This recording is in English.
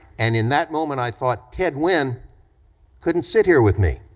and in that moment, i thought, ted wynne couldn't sit here with me.